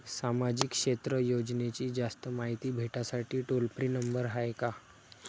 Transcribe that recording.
सामाजिक क्षेत्र योजनेची जास्त मायती भेटासाठी टोल फ्री नंबर हाय का?